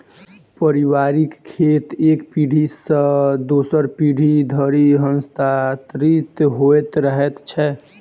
पारिवारिक खेत एक पीढ़ी सॅ दोसर पीढ़ी धरि हस्तांतरित होइत रहैत छै